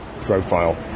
profile